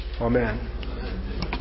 amen